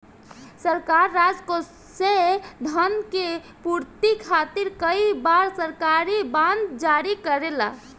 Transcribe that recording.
सरकार राजकोषीय धन के पूर्ति खातिर कई बार सरकारी बॉन्ड जारी करेला